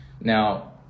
Now